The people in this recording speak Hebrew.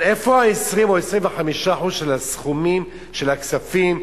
אבל איפה ה-20% או ה-25% של הסכומים של הכספים,